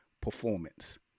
performance